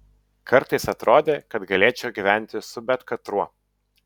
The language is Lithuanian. kartais atrodė kad galėčiau gyventi su bet katruo